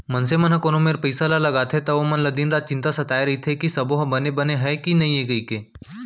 मनसे मन ह कोनो मेर पइसा ल लगाथे त ओमन ल दिन रात चिंता सताय रइथे कि सबो ह बने बने हय कि नइए कइके